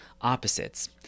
opposites